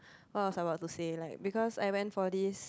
what I was about to say like because I went for this